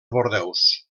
bordeus